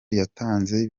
yatanze